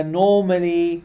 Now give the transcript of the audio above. normally